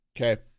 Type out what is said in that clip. okay